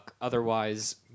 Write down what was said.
otherwise